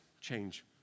change